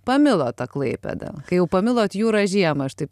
pamilot tą klaipėdą kai jau pamilot jūrą žiemą aš taip